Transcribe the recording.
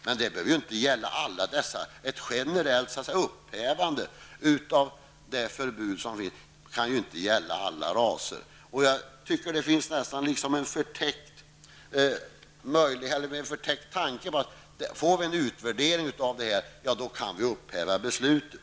Men det kan ju inte motivera ett generellt upphävande av förbudet för alla raser. Jag tycker att det finns en förtäckt tanke här, att får vi en utvärdering av förbudet så kan vi upphäva beslutet.